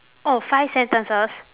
oh five sentences